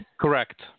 Correct